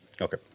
Okay